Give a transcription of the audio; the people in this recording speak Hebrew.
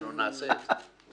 אנחנו נעשה את זה.